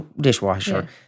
dishwasher